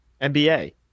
NBA